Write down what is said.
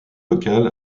local